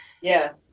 yes